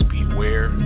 Beware